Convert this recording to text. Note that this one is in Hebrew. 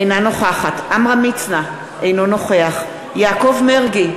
אינה נוכחת עמרם מצנע, אינו נוכח יעקב מרגי,